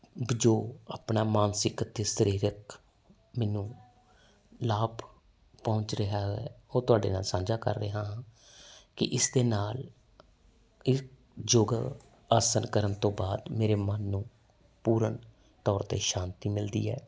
ਜੋ ਆਪਣਾ ਮਾਨਸਿਕ ਤੇ ਸਰੀਰਕ ਮੈਨੂੰ ਲਾਭ ਪਹੁੰਚ ਰਿਹਾ ਹੈ ਉਹ ਤੁਹਾਡੇ ਨਾਲ ਸਾਂਝਾ ਕਰ ਰਿਹਾ ਹਾਂ ਕਿ ਇਸ ਦੇ ਨਾਲ ਇਸ ਜੋਗ ਆਸਨ ਕਰਨ ਤੋਂ ਬਾਅਦ ਮੇਰੇ ਮਨ ਨੂੰ ਪੂਰਨ ਤੌਰ ਤੇ ਸ਼ਾਂਤੀ ਮਿਲਦੀ ਹੈ